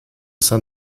sein